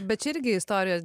bet čia irgi istorijos